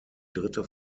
dritte